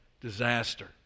Disaster